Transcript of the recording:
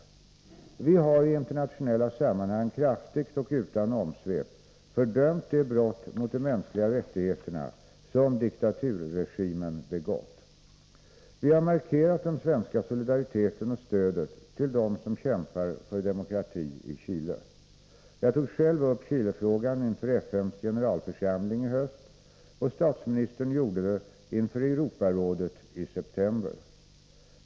Vi har i internationella sammanhang kraftigt och utan omsvep fördömt de brott mot de mänskliga rättigheterna som diktaturregimen begått. Vi har markerat den svenska solidariteten och stödet till dem som kämpar för demokrati i Chile. Jag tog själv upp Chilefrågan inför FN:s generalförsamling i höst, och statsministern gjorde det inför Europarådet i september.